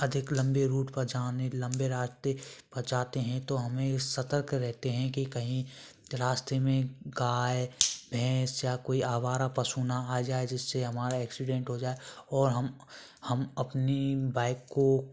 अधिक लंबी रूट पर जाने लंबे रास्ते पर जाते हैं तो हमें सतर्क रहते हैं की कहीं रास्ते में गाय भैंस या कोई आवारा पशु न आ जाए जिससे हमारा एक्सीडेंट हो जाए और हम हम अपनी बाइक को